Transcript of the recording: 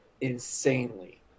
insanely